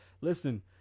Listen